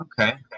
Okay